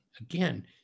again